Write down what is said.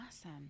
awesome